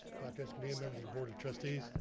dr. escamilla, members of the board of trustees